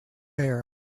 hair